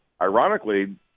ironically